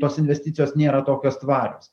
tos investicijos nėra tokios tvarios